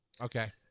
Okay